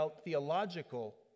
theological